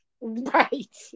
Right